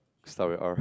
start with R